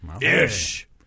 Ish